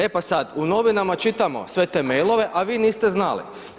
E pa sad u novinama čitamo sve te mailove a vi niste znali.